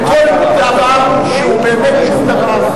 אתם יוצרים מכל דבר שהוא באמת שום דבר,